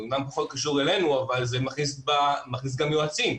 זה אמנם פחות קשור אלינו אבל זה מכניס גם יועצים.